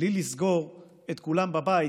בלי לסגור את כולם בבית,